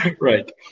Right